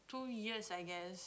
two years I guess